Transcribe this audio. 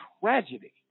tragedy